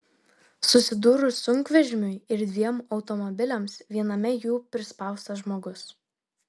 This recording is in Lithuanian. susidūrus sunkvežimiui ir dviem automobiliams viename jų prispaustas žmogus